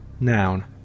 noun